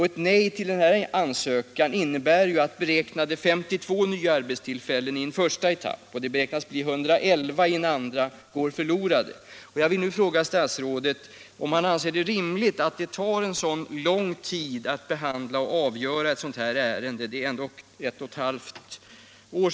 Ett nej till företagets ansökan innebär att beräknade 52 nya arbetstillfällen i en första etapp, som beräknas bli 111 i en andra etapp, går förlorade. Anser statsrådet det rimligt att det tar så lång tid att behandla och avgöra ett sådant här ärende? Det gäller ändå snart ett och ett halvt år.